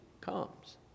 comes